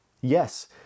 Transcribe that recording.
Yes